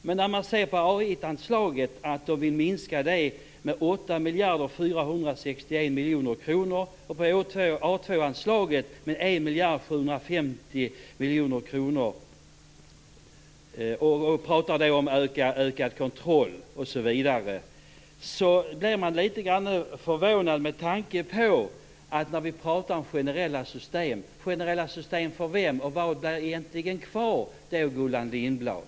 Men när jag ser att de vill minska A 1-anslaget med 1 750 miljoner kronor, pratar om ökad kontroll osv., blir jag litet grand förvånad, med tanke på att vi pratar om generella system. För vem skall det då vara generella system? Vad blir egentligen kvar, Gullan Lindblad?